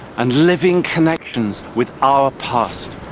and living connections with our past.